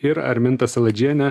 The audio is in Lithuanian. ir arminta saladžienė